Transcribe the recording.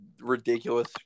ridiculous